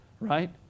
right